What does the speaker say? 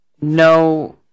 no